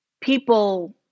people